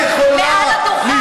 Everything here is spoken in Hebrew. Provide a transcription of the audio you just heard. אני